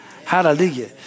Hallelujah